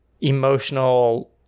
emotional